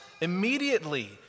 immediately